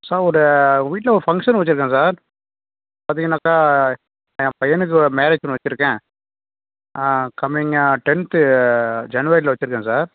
sir ஒரு வீட்டில் ஒரு ஃபங்க்ஷன் வெச்சுருக்கேன் சார் பார்த்தீங்கன்னாக்கா என் பையனுக்கு மேரேஜ் ஒன்று வெச்சுருக்கேன் கம்மிங் டென்த்து ஜனவரியில் வெச்சுருக்கேன் சார்